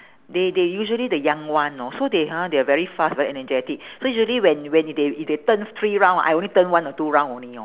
they they usually the young one know so they ha they are very fast very energetic so usually when when if they if they turn three round I only turn one or two round only know